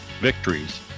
victories